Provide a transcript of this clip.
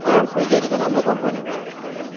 अँ स्विजहरू त राम्रो कम्पनीको हालिदिनु भएछ नि त